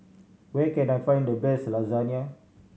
where can I find the best Lasagne